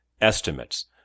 estimates